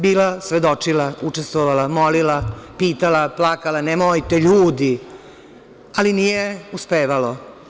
Bila, svedočila, učestvovala, molila, pitala, plakala, nemojte ljudi, ali nije uspevalo.